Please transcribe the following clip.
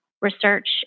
research